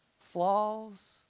flaws